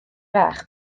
fach